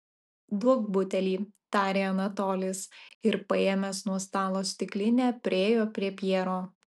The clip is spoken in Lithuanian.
duok butelį tarė anatolis ir paėmęs nuo stalo stiklinę priėjo prie pjero